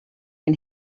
and